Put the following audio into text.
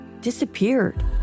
disappeared